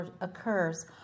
occurs